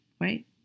right